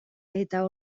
eta